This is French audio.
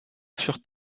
furent